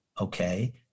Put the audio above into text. Okay